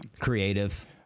Creative